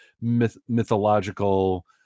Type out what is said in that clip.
mythological